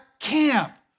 Camp